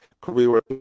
career